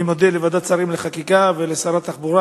אני מודה לוועדת השרים לחקיקה ולשר התחבורה,